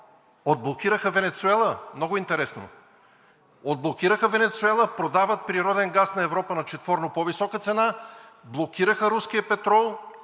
отблокираха Венецуела. Много интересно! Отблокираха Венецуела, продават природен газ на Европа на четворно по-висока цена, блокираха руския петрол,